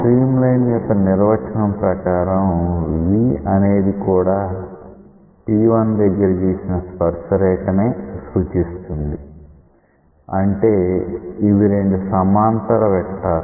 stream line యొక్క నిర్వచనం ప్రకారం V అనేది కూడా P1 దగ్గర గీసిన స్పర్శరేఖ నే సూచిస్తుంది అంటే ఇవి రెండు సమాంతర వెక్టార్లు